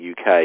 UK